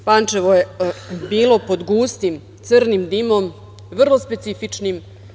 Pančevo je bilo pod gustim crnim dimom, vrlo specifičnim.